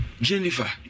Jennifer